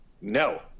no